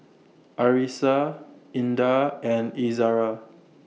Arissa Indah and Izzara